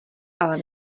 ale